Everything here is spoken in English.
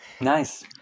Nice